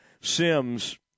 Sims